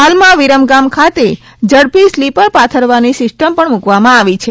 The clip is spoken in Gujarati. હાલમાં વિરમગામ ખાતે ઝડપી સ્લીપર પાથરવાની સીસ્ટમ પણ મૂકવામાં આવી છે